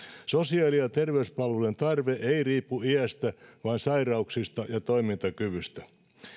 sosiaali ja terveyspalvelujen tarve ei riipu iästä vaan sairauksista ja toimintakyvystä